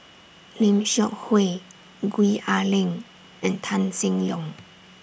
Lim Seok Hui Gwee Ah Leng and Tan Seng Yong